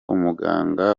umuganga